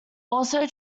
also